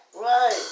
Right